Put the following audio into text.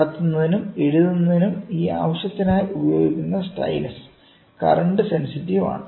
കണ്ടെത്തുന്നതിനും എഴുതുന്നതിനും ഈ ആവശ്യത്തിനായി ഉപയോഗിക്കുന്ന സ്റ്റൈലസ് കറണ്ട് സെൻസിറ്റീവ് ആണ്